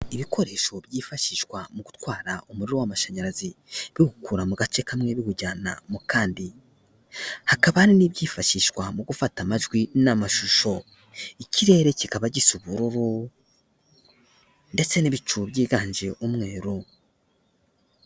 Ibikoresho byifashishwa mu gutwara umuriro w'amashanyarazi, biwukura mu gace kamwe biwujyana mu kandi. Hakaba hari n'ibyifashishwa mu gufata amajwi n'amashusho. Ikirere kikaba gisa ubururu, ndetse n'ibicu byiganje umweru.